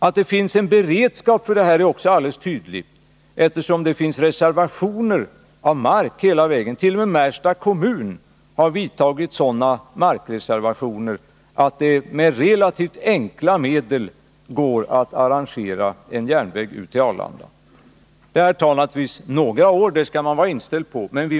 Att det finns en beredskap för järnvägstrafik är också alldeles tydligt; markreservationer har gjorts hela vägen ut till Arlanda. T. o. m. Märsta kommun har gjort markreservationer i en sådan omfattning att det med relativt enkla medel går att arrangera en järnväg ut till Arlanda. Man måste vara inställd på att det naturligtvis tar några år.